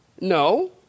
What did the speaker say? No